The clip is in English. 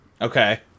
Okay